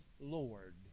Lord